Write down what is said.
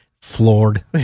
Floored